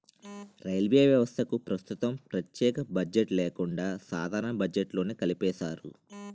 railway వ్యవస్థకు ప్రస్తుతం ప్రత్యేక బడ్జెట్ లేకుండా సాధారణ బడ్జెట్లోనే కలిపేశారు